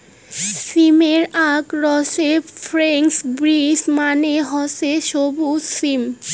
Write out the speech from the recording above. সিমের আক রকম ফ্রেঞ্চ বিন্স মানে হসে সবুজ সিম